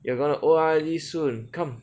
you are going to O_R_D soon come